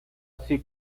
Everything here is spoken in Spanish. así